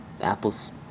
Apple's